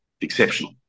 exceptional